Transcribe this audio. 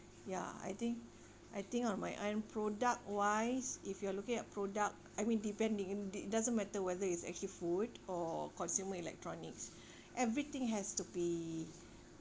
ya I think I think on my end product wise if you are looking at product I mean depending it it doesn't matter whether it's actually food or consumer electronics everything has to be